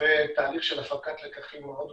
ותהליך של הפקת לקחים מאוד משמעותית.